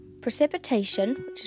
precipitation